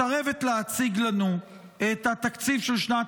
מסרבת להציג לנו את התקציב של שנת